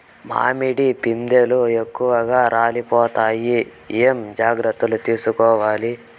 మామిడి పిందెలు ఎక్కువగా రాలిపోతాయి ఏమేం జాగ్రత్తలు తీసుకోవల్ల?